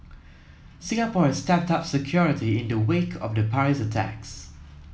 Singapore has stepped up security in the wake of the Paris attacks